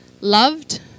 loved